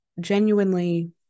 genuinely